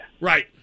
Right